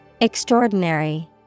Extraordinary